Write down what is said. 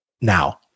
now